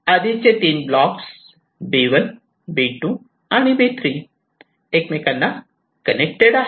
आधीचे तीन blocks B1 B2 आणि B3 एकमेकांना कनेक्टेड आहे